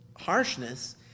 harshness